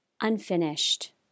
Unfinished